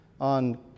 on